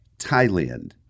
Thailand